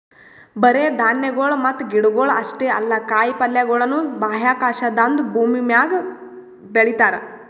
ಬರೇ ಧಾನ್ಯಗೊಳ್ ಮತ್ತ ಗಿಡಗೊಳ್ ಅಷ್ಟೇ ಅಲ್ಲಾ ಕಾಯಿ ಪಲ್ಯಗೊಳನು ಬಾಹ್ಯಾಕಾಶದಾಂದು ಭೂಮಿಮ್ಯಾಗ ಬೆಳಿತಾರ್